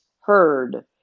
heard